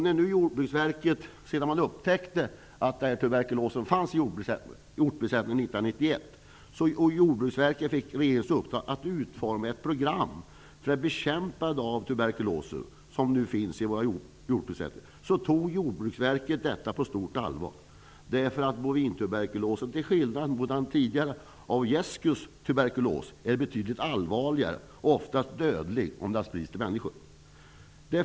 När Jordbruksverket 1991 upptäckte att tuberkulos fanns i hjortbesättningarna och fick i uppdrag av regeringen att utforma ett program för bekämpning av tuberkulosen, tog man detta på stort allvar. Aujeszkys tuberkulossjukdom, är betydligt allvarligare och oftast dödlig om den sprids till människor.